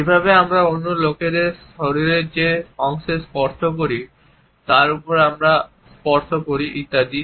যেভাবে আমরা অন্য লোকেদের শরীরের যে অংশে স্পর্শ করি তার উপর আমরা স্পর্শ করি ইত্যাদি